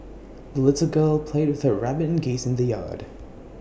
the little girl played with her rabbit and geese in the yard